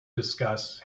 discuss